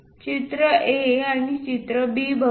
चित्र A आणि चित्र B पाहूया